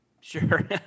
Sure